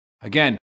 Again